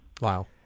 Wow